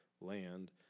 land